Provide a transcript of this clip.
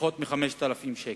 פחות מ-5,000 שקל.